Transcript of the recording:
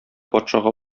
патшага